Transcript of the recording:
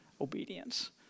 obedience